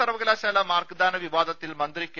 സർവകലാശാല മാർക്ക്ദാന വിവാദത്തിൽ മന്ത്രി കെ